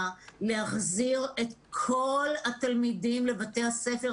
להחזיר את כל התלמידים לבתי הספר.